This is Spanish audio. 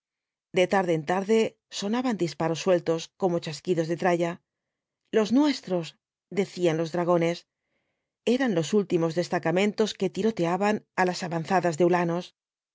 de tarde en tarde sonaban disparos sueltos como chasquidos de tralla los nuestros decían los dragones eran los últimos destacamentos que tiroteaban á las avanzadas de huíanos